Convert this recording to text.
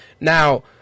Now